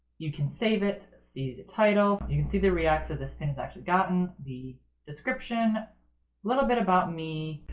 you can save it, see the title, you can see the reaction this pin has actually gotten, the description, a little bit about me.